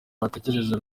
watekereza